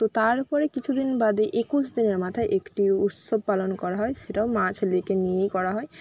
তো তারপরে কিছু দিন বাদে একুশ দিনের মাথায় একটি উৎসব পালন করা হয় সেটাও মা ছেলেকে নিয়েই করা হয়